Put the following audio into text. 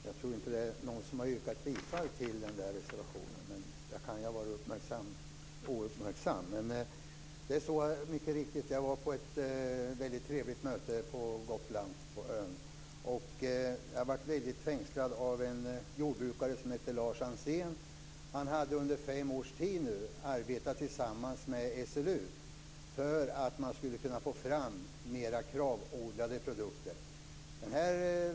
Herr talman! Jag tror inte att det är någon som har yrkat bifall till den reservationen, men jag kan ha varit ouppmärksam. Mycket riktigt var jag på ett trevligt möte på Gotland. Jag blev fängslad av en jordbrukare som heter Lars Ansén. Han hade under fem års tid arbetat tillsammans med SLU för att få fram mera Kravodlade produkter.